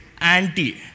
anti